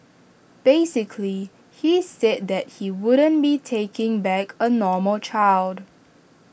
basically he said that he wouldn't be taking back A normal child